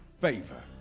favor